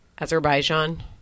Azerbaijan